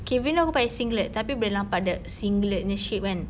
okay even though aku pakai singlet tapi boleh nampak the singlet punya shape kan